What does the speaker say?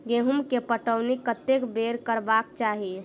गेंहूँ केँ पटौनी कत्ते बेर करबाक चाहि?